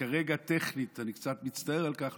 וכרגע טכנית אני קצת מצטער על כך,